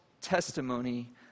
testimony